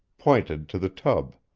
pointed to the tub.